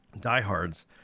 diehards